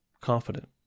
confident